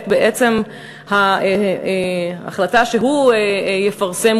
ובעצם את ההחלטה שהוא יפרסם,